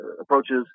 approaches